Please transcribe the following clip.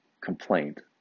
complaint